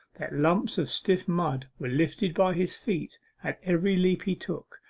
that lumps of stiff mud were lifted by his feet at every leap he took,